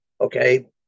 Okay